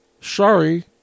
sorry